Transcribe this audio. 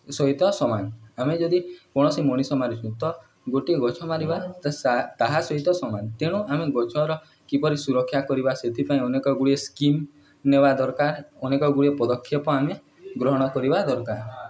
ସହିତ ସମାନ ଆମେ ଯଦି କୌଣସି ମଣିଷ ମାରିଛୁ ତ ଗୋଟିଏ ଗଛ ମାରିବା ତାହା ସହିତ ସମାନ ତେଣୁ ଆମେ ଗଛର କିପରି ସୁରକ୍ଷା କରିବା ସେଥିପାଇଁ ଅନେକ ଗୁଡ଼ିଏ ସ୍କିମ୍ ନେବା ଦରକାର ଅନେକ ଗୁଡ଼ିଏ ପଦକ୍ଷେପ ଆମେ ଗ୍ରହଣ କରିବା ଦରକାର